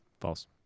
false